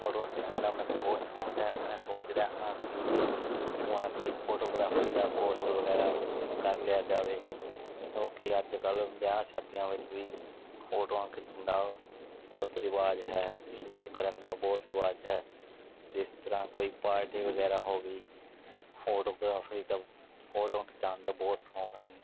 ਫੋਟੋਆਂ ਖਿੱਚਣ ਦਾ ਮੈਨੂੰ ਬਹੁਤ ਸ਼ੌਂਕ ਹੈ ਮੈਂ ਸੋਚ ਰਿਹਾ ਹਾਂ ਕਿ ਕਿਉਂ ਨਾ ਕੋਈ ਫੋਟੋਗ੍ਰਾਫੀ ਦਾ ਕੋਰਸ ਵਗੈਰਾ ਕਰ ਲਿਆ ਜਾਵੇ ਲੋਕ ਅੱਜ ਕੱਲ੍ਹ ਵਿਆਹਾਂ ਸ਼ਾਦੀਆਂ ਵਿੱਚ ਵੀ ਫੋਟੋਆਂ ਖਿੱਚਣ ਦਾ ਬਹੁਤ ਰਿਵਾਜ਼ ਹੈ ਸ਼ੂਟ ਕਰਨ ਦਾ ਬਹੁਤ ਰਿਵਾਜ਼ ਹੈ ਜਿਸ ਤਰ੍ਹਾਂ ਕੋਈ ਪਾਰਟੀ ਵਗੈਰਾ ਹੋ ਗਈ ਫੋਟੋਗ੍ਰਾਫਰੀ ਦਾ ਫੋਟੋਆਂ ਖਿਚਾਉਣ ਦਾ ਬਹੁਤ ਸੌਂਕ ਹਨ